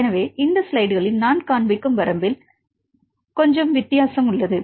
எனவே இந்த ஸ்லைடுகளில் நான் காண்பிக்கும் வரம்பில் கொஞ்சம் வித்தியாசம் உள்ளது